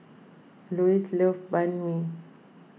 Lois loves Banh Mi